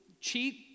cheat